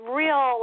real